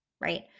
right